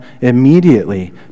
immediately